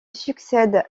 succède